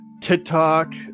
tiktok